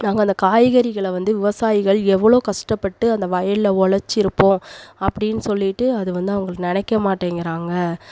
அவங்க அந்த காய்கறிகளை வந்து விவசாயிகள் எவ்வளோ கஷ்டப்பட்டு அந்த வயலில் உழச்சிருப்போம் அப்படினு சொல்லிவிட்டு அது வந்து அவங்களுக்கு நினைக்கமாட்டேங்குறாங்க